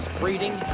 breeding